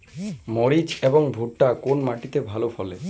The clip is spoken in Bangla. মরিচ এবং ভুট্টা কোন মাটি তে ভালো ফলে?